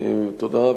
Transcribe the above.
תודה.